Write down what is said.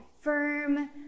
firm